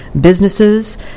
businesses